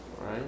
Right